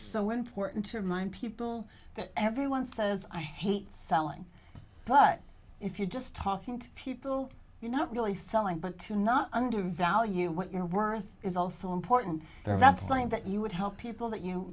so important to remind people that everyone says i hate selling but if you're just talking to people you're not really selling but to not under value what you're worth is also important that's the thing that you would help people that you